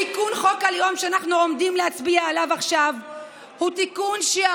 את רוצה לבטל תיקון חוק הלאום,